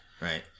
right